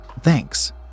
Thanks